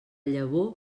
llavor